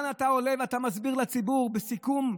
אתה עולה לכאן ואתה מסביר לציבור בסיכום,